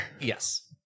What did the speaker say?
Yes